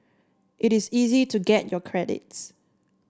it is easy to get your credits